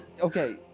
Okay